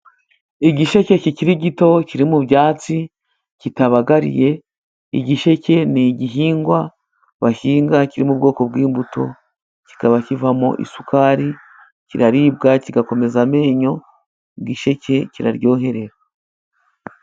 Igisheke kikiri gito kiri mu byatsi, kitabagariye, igisheke ni igihingwa bahinga, kiri mu bwoko bw'imbuto, kikaba kivamo isukari, kiraribwa, kigakomeza amenyo, igisheke kiraryoherera.